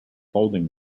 folding